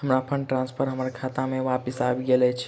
हमर fund transfer हमर खाता मे बापस आबि गइल अछि